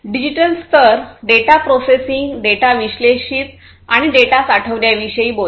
digital स्तर data processing data विश्लेषित आणि डेटा साठवण्याविषयी बोलतो